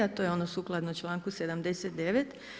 To je ono sukladno članku 79.